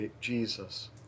Jesus